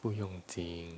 不用紧